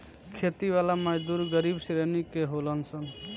खेती वाला मजदूर गरीब श्रेणी के होलन सन